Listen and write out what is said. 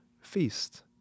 feast